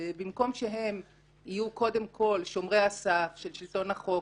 במקום שהם יהיו קודם כל שומרי הסף של שלטון החוק,